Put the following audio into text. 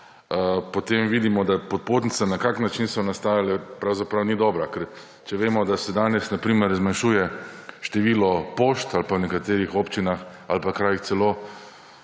potem vidimo, da popotnica, na kakšen način so nastajale, ni dobra. Ker če vemo, da se danes na primer zmanjšuje število pošt, v nekaterih občinah ali krajih celo